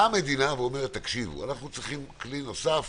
המדינה אומרת: אנחנו צריכים כלי נוסף